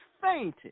fainted